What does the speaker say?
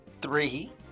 three